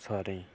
सारें गी